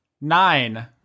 Nine